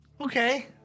okay